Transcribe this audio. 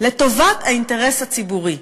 לטובת האינטרס הציבורי.